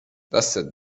دستت